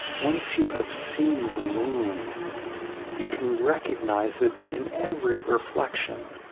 once you have seen the moon you can recognize it in every reflection.